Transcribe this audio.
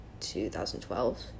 2012